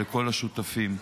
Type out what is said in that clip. ולכל השותפים.